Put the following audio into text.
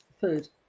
Food